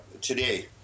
today